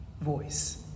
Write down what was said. voice